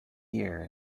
year